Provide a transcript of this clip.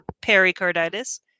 pericarditis